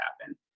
happen